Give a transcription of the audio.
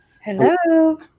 Hello